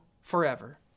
forever